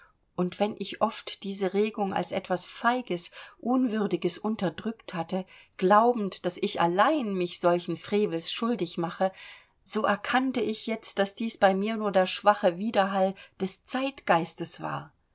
und wenn ich oft diese regung als etwas feiges unwürdiges unterdrückt hatte glaubend daß ich allein mich solchen frevels schuldig mache so erkannte ich jetzt daß dies bei mir nur der schwache widerhall des zeitgeistes war